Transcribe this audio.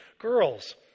girls